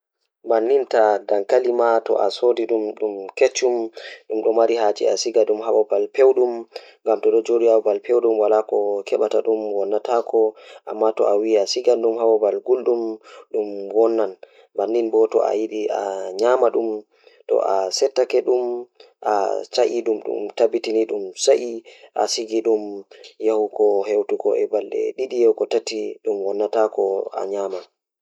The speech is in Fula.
Ndeen, foti yi'ii poteteeji e soowdi e tefnude haako ko laawol. Kono jooɗi na'i moorɗe e haraande, waɗi e jamfa. Tawi, jooɗii poteteeji e pottal huutore woni ngoodi moƴƴi, e ndaarɗe mum. Ɓe mbara soowdi moƴƴi lewle soowdi gasi ndu waawa.